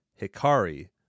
Hikari